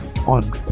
on